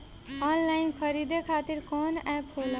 Online खरीदे खातीर कौन एप होला?